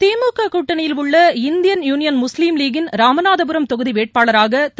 திமுக கூட்டணியில் உள்ள Indian Union Muslim லீக்கின் ராமநாதபுர தொகுதி வேட்பாளராக திரு